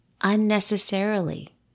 unnecessarily